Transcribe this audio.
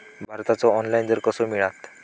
भाताचो ऑनलाइन दर कसो मिळात?